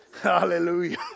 Hallelujah